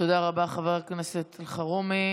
תודה רבה, חבר הכנסת אלחרומי.